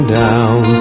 down